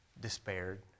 despaired